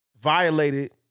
violated